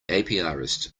apiarist